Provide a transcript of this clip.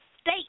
state